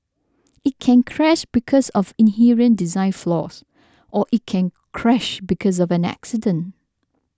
it can crash because of inherent design flaws or it can crash because of an accident